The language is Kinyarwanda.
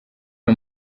ayo